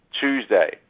Tuesday